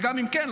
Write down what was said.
וגם אם כן,